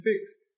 fixed